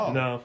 no